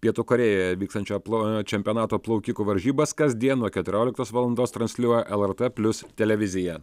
pietų korėjoje vykstančio plo čempionato plaukikų varžybas kasdien nuo keturioliktos valandos transliuoja lrt plius televizija